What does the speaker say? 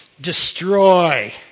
destroy